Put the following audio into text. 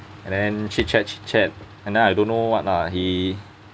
and then chitchat chitchat and then I don't know what lah he